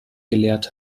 gelehrt